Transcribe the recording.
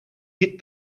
hit